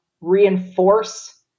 reinforce